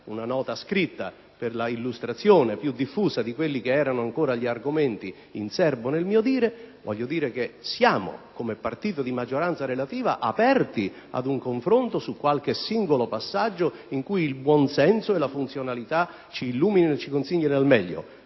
una nota scritta per l'illustrazione più diffusa degli argomenti che erano in serbo nel mio dire - siamo, come partito di maggioranza relativa, aperti ad un confronto su qualche singolo passaggio in cui il buonsenso e la funzionalità ci illuminino e ci consiglino al meglio,